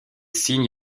signes